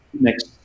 next